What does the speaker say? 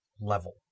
level